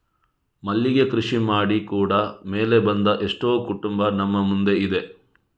ಮಲ್ಲಿಗೆ ಕೃಷಿ ಮಾಡಿ ಕೂಡಾ ಮೇಲೆ ಬಂದ ಎಷ್ಟೋ ಕುಟುಂಬ ನಮ್ಮ ಮುಂದೆ ಇದೆ